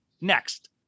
Next